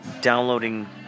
downloading